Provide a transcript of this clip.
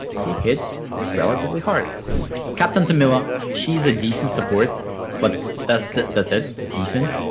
he hits relatively hard captain tamila she is ah decent. support but that's that's it decent